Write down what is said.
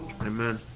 Amen